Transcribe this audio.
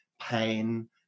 pain